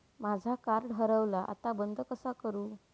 माझा कार्ड हरवला आता बंद कसा करू?